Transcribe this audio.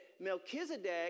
Melchizedek